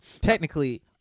Technically